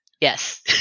yes